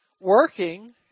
working